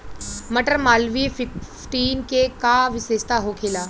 मटर मालवीय फिफ्टीन के का विशेषता होखेला?